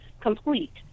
complete